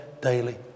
daily